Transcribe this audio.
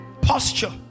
Posture